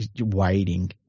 waiting